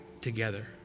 together